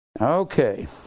okay